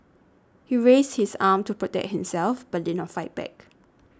he raised his arm to protect himself but did not fight back